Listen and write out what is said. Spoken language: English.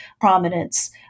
prominence